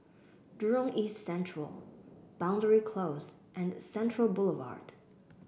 Jurong East Central Boundary Close and Central Boulevard